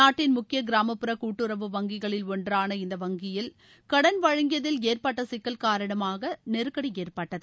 நாட்டின் முக்கிய கிராமப்புற கூட்டுறவு வங்கிகளில் ஒன்றான இந்த வங்கியில் கடன் வழங்கியதில் ஏற்பட்ட சிக்கல் காரணமாக நெருக்கடி ஏற்பட்டது